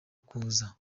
kuza